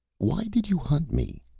why did you hunt me?